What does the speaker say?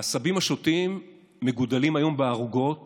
העשבים השוטים מגודלים היום בערוגות